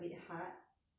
but I guess